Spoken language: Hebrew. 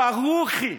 ברוכי,